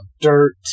dirt